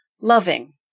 loving